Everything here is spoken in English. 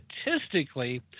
Statistically